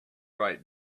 right